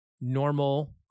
normal